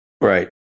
Right